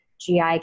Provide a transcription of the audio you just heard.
GI